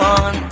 on